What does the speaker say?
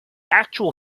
actual